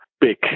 big